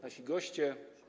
Nasi Goście!